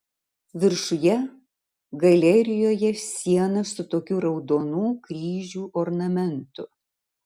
viršuje galerijoje siena su tokiu raudonų kryžių ornamentu